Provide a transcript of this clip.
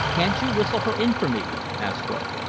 can't you whistle her in for me? asked thorpe.